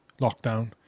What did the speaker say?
lockdown